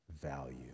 value